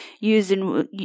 using